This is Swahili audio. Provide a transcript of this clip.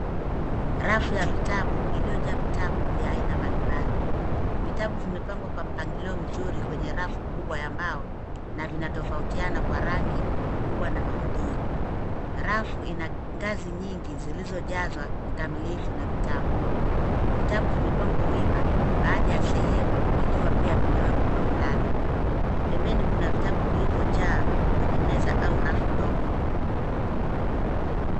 Rafu ya vitabu iliyojaa vitabu vya aina mbalimbali. Vitabu vimepangwa kwa mpangilio mzuri kwenye rafu kubwa ya mbao na vinatofautiana kwa rangi, ukubwa na maudhui. Rafu ina ngazi nyingi zilizojazwa kikamilifu na vitabu. Vitabu vimepangwa wima baadhi ya sehemu vikiwa pia vimewekwa kwa mlalo. Pembeni kuna vitabu vilivyojaa kwenye meza au rafu ndogo.